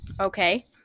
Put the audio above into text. Okay